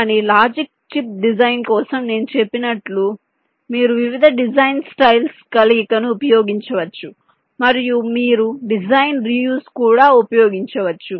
కానీ logic chip design కోసం నేను చెప్పినట్లు కాబట్టి మీరు వివిధ డిజైన్ స్టైల్స్ కలయికను ఉపయోగించవచ్చు మరియు మీరు డిజైన్ రీయూస్ కూడా ఉపయోగించవచ్చు